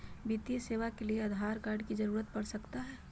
वित्तीय सेवाओं के लिए आधार कार्ड की जरूरत पड़ सकता है?